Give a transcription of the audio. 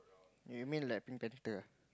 you mean like pink panther ah